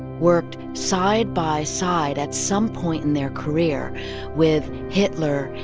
worked side by side at some point in their career with hitler,